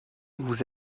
vous